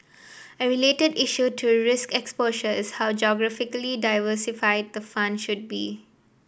a related issue to risk exposure is how geographically diversified the fund should be